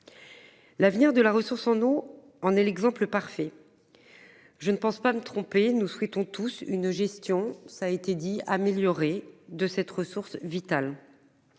L'avenir de la ressource en eau, en est l'exemple parfait. Je ne pense pas me tromper. Nous souhaitons tous une gestion. Ça a été dit améliorée de cette ressource vitale.